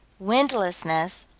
windlessness,